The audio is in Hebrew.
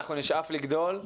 אנחנו נשאף שיגדל,